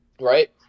Right